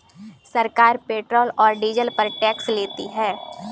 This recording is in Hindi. सरकार पेट्रोल और डीजल पर टैक्स लेती है